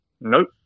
Nope